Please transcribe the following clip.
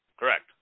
Correct